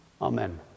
Amen